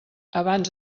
abans